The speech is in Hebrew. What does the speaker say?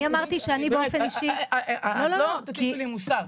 אני אמרתי שאני באופן אישי -- את לא תטיפי לי מוסר,